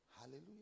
Hallelujah